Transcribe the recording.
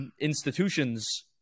institutions